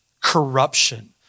corruption